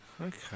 Okay